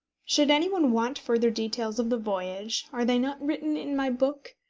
should any one want further details of the voyage, are they not written in my book?